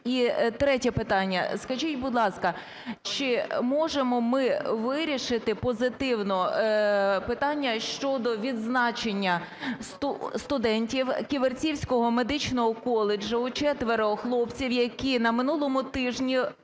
І, третє питання. Скажіть, будь ласка, чи можемо ми вирішити позитивно питання щодо відзначення студентів Ківерцівського медичного коледжу, четверо хлопців, які на минулому тижні